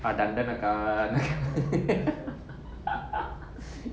டண்டணக்கா நக்கா:dandanakka nakka